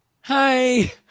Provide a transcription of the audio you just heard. Hi